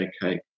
cake